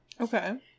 Okay